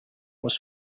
was